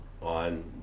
on